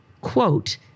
quote